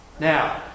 Now